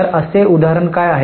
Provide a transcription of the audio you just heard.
तर असे उदाहरण काय आहे